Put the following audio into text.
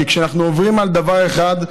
כי כשאנחנו עוברים על דבר אחד,